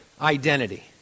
identity